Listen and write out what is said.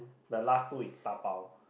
the last two is dabao